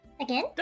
Again